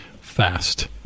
fast